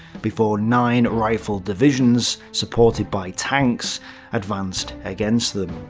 before nine rifle divisions supported by tanks advanced against them.